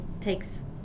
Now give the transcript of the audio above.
takes